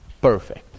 perfect